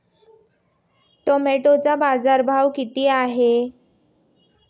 टोमॅटोचा बाजारभाव किती आहे?